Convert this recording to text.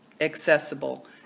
accessible